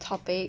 topic